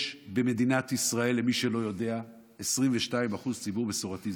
יש במדינת ישראל, למי שלא יודע, 22% ציבור מסורתי.